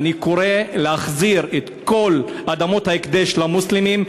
אני קורא להחזיר את כל אדמות ההקדש למוסלמים,